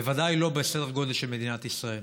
בוודאי לא בסדר גודל של מדינת ישראל.